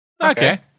Okay